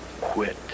quit